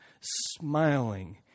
smiling